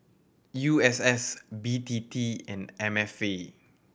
U S S B T T and M F A